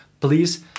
please